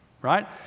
right